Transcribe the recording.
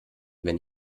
wenn